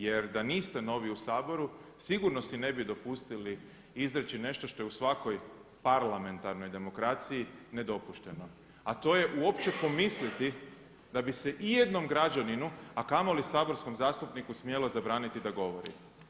Jer da niste novi u Saboru sigurno si ne bi dopustili izreći nešto što je u svakoj parlamentarnoj demokraciji nedopušteno, a to je uopće pomisliti da bi se ijednom građaninu, a kamoli saborskom zastupniku smjelo zabraniti da govori.